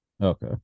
Okay